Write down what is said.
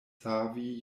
savi